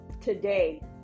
today